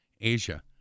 Asia